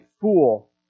fool